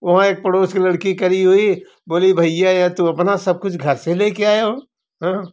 वहाँ एक पड़ोस की लड़की खड़ी हुई बोली भईया यह तो अपना सब कुछ घर से ले के आए हो